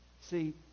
see